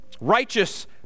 Righteous